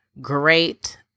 great